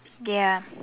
ya